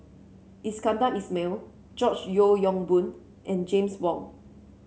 Iskandar Ismail George Yeo Yong Boon and James Wong